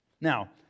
Now